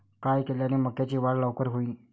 काय केल्यान मक्याची वाढ लवकर होईन?